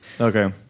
okay